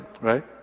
right